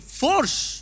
force